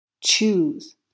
Choose